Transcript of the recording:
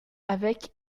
avec